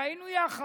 ובהם היינו יחד.